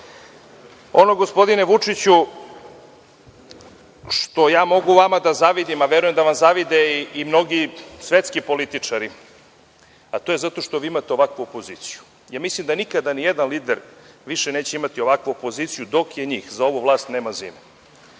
gospodine Vučiću, što ja mogu vama da zavidim, a verujem da vam zavide mnogi svetski političari, a to je zato što imate ovakvu opoziciju. Mislim da nikada ni jedan lider više neće imati ovakvu opoziciju. Dok je njih za ovu vlast nema zime.